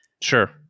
Sure